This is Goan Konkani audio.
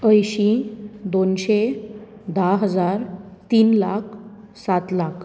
अयशीं दोनशे धा हजार तीन लाख सात लाख